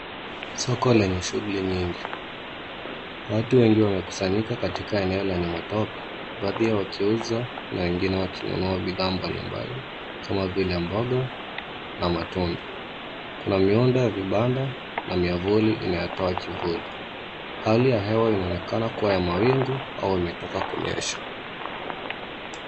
Soko lenye shughuli nyingi. Watu wengi wamekusanyika katika eneo lenye matope, baadhi yao wakiuza na wengine wakinunua bidhaa mbalimbali kama vile mboga na matunda. Kuna miundo ya vibanda na miavuli inayotoa kivuli. Hali ya hewa inaonekana kuwa ya mawingu au imetoka kunyesha.